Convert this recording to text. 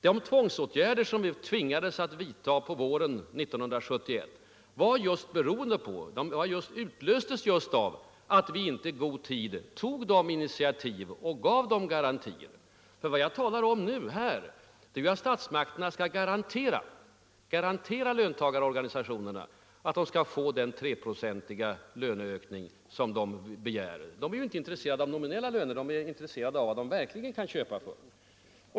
De tvångsåtgärder som sedan blev ofrånkomliga på våren 1971 utlöstes just av att vi inte i god tid tog sådana initiativ och gav sådana garantier. Vad jag nu talar om är att statsmakterna skall garantera löntagarorganisationerna att de skall få den 3-procentiga löneökning som de begär. Löntagarna är inte intresserade av nominella löner, de är intresserade av vad de verkligen kan köpa för.